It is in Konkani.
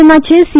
एमाचे सी